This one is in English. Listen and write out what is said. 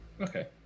Okay